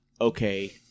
okay –